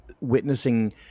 witnessing